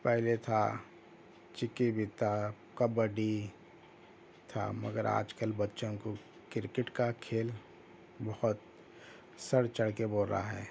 پہلے تھا چکی بھی تھا کبڈی تھا مگر آج کل بچوں کو کرکٹ کا کھیل بہت سر چڑھ کے بول رہا ہے